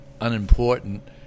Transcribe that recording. unimportant